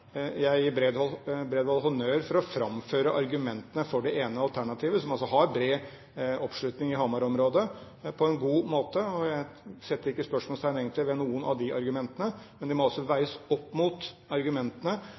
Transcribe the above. Jeg gir Bredvold honnør for å framføre argumentene for det ene alternativet, som altså har bred oppslutning i Hamar-området, på en god måte. Jeg setter egentlig ikke spørsmålstegn ved noen av argumentene, men de må altså veies opp mot argumentene